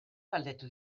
galdetu